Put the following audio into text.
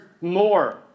more